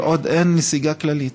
את ההזמנה הזאת כל עוד אין נסיגה כללית.